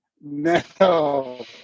No